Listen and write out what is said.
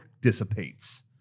dissipates